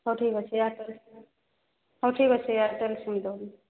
ହେଉ ଠିକ୍ ଅଛି ଏୟାରଟେଲ୍ ହେଉ ଠିକ୍ ଅଛି ଏୟାରଟେଲ୍ ସିମ୍ ଦେଉନ୍